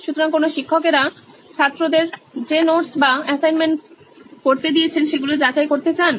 সুতরাং কেনো শিক্ষকেরা ছাত্রদের যে নোটস বা অ্যাসাইনমেন্টস করতে দিয়েছেন সেগুলো যাচাই করতে চান